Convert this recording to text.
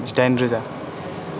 जिदाइन रोजा